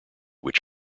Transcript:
which